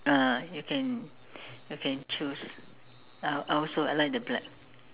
ah you can you can choose I I also I like the black